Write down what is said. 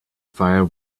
fire